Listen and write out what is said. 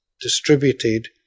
distributed